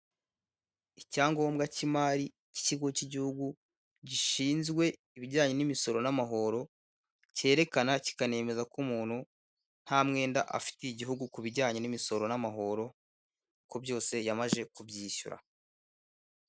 Icyangombwa k'imari k'ikigo cy'igihugu gishinzwe ibijyanye n'imisoro n'amahoro, cyerekana kikanemeza ko umuntu nta mwenda afitiye igihugu ku bijyanye n'imisoro n'amahoro ko byose yamaze kubyishyura.